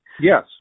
Yes